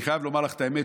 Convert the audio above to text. אני חייב לומר לך את האמת,